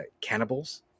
cannibals